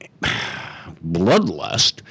bloodlust